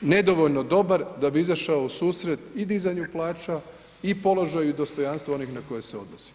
nedovoljno dobar da bi izašao u susret i dizanju plaća i položaju i dostojanstvu onih na koje se odnosi.